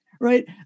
right